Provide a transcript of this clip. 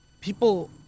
people